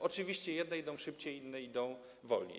Oczywiście jedne idą szybciej, inne idą wolniej.